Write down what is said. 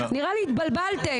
נראה לי שהתבלבלתם.